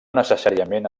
necessàriament